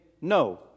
no